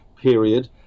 period